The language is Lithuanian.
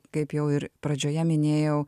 kaip jau ir pradžioje minėjau